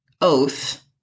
oath